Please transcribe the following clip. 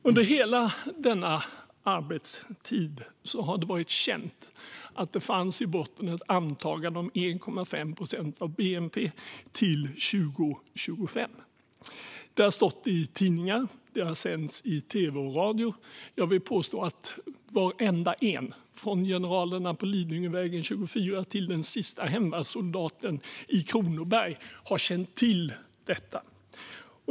Under hela denna arbetstid har det varit känt att det i botten fanns ett antagande om 1,5 procent av bnp till 2025. Det har stått i tidningen, och det har sänts i tv och radio. Jag vill påstå att varenda en, från generalerna på Lidingövägen 24 till den sista hemmasoldaten i Kronoberg, har känt till detta.